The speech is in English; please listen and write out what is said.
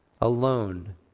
alone